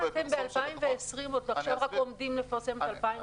אתם ב-2020 עכשיו רק עומדים לפרסם את דוח 2017?